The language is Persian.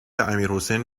امیرحسین